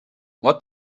what